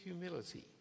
humility